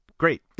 Great